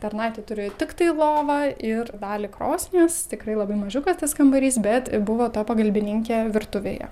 tarnaitė turėjo tiktai lovą ir dalį krosnies tikrai labai mažiukas tas kambarys bet buvo ta pagalbininkė virtuvėje